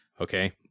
Okay